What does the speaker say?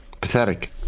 Pathetic